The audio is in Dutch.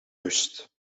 rust